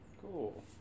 Cool